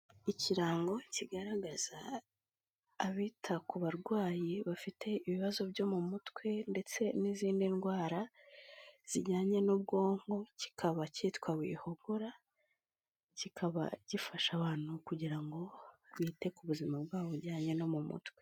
Ikirango kigaragaza abita ku barwayi bafite ibibazo byo mu mutwe ndetse n'izindi ndwara zijyanye n'ubwonko, kikaba cyitwa Wihogora. Kikaba gifasha abantu kugira ngo bite ku buzima bwabo bujyanye no mu mutwe.